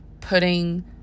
putting